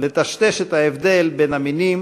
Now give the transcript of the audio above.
לטשטש את ההבדל בין המינים,